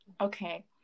okay